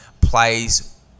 plays